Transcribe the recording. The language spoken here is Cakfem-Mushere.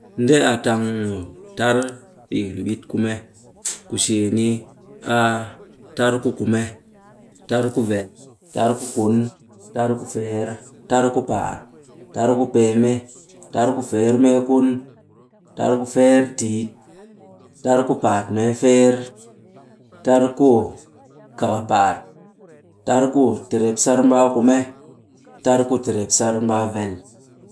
Nde a tang mu tar ɗikin ɓit kume. Ku shee ni a tar ku kume, tar ku vel, tar ku kun, tar ku feer, tar ku paat tar ku peeme, tar ku feermeekun, tar ku feertiit, tar ku paatmeefeer. tar ku kakapaat, tar ku trepsar mbaa kume, tar ku trepsar mbaa vel.